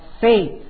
faith